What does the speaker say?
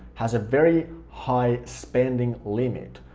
has a very high spending limit.